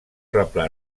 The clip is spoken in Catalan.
replà